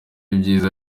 ibyiza